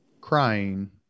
crying